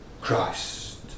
Christ